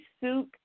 suit